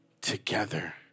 together